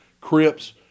Crips